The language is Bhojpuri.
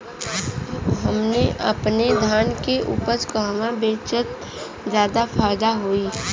हम अपने धान के उपज कहवा बेंचि त ज्यादा फैदा होई?